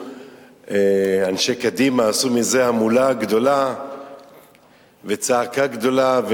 אנשי קדימה עשו מזה המולה גדולה וצעקה גדולה,